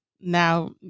now